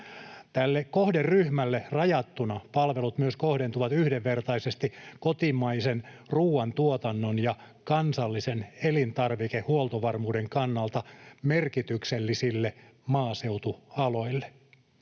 Tälle kohderyhmälle rajattuna palvelut myös kohdentuvat yhdenvertaisesti kotimaisen ruoantuotannon ja kansallisen elintarvikehuoltovarmuuden kannalta merkityksellisille maaseutualoille.